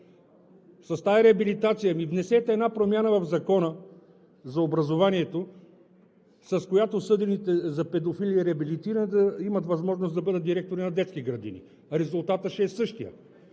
с тази реабилитация, ами внесете една промяна в Закона за образованието, с която осъдените за педофилия и реабилитирани да имат възможност да бъдат директори на детски градини. Резултатът ще е същият.